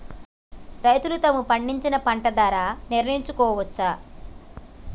రైతులు తాము పండించిన పంట ధర నిర్ణయించుకోవచ్చా?